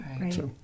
Right